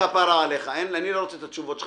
כפרה עליך, אני לא רוצה את התשובות שלך.